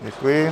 Děkuji.